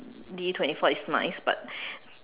D twenty four is nice but